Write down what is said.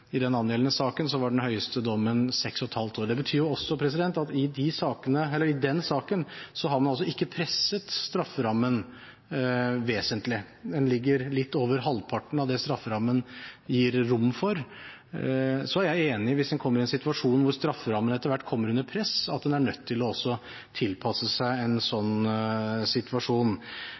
I den angjeldende saken var den høyeste dommen seks og et halvt år. Det betyr også at i den saken har man ikke presset strafferammen vesentlig. Den er litt over halvparten av det strafferammen gir rom for. Så er jeg enig i hvis en kommer i en situasjon hvor strafferammen etter hvert kommer under press, at en er nødt til også å tilpasse seg en sånn situasjon.